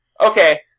Okay